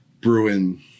Bruin